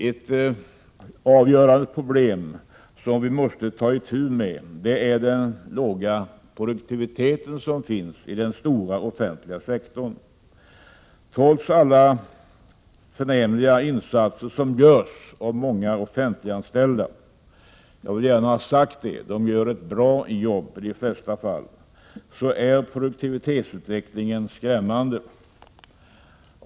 Ett avgörande problem som vi måste ta itu med är den låga produktiviteten i den stora offentliga sektorn. Trots alla förnämliga insatser som görs av många offentliganställda — jag vill gärna ha sagt att de gör ett bra jobb i de flesta fall — är produktivitetsutvecklingen skrämmande.